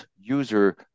user